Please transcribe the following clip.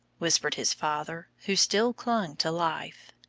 whispered his father, who still clung to life.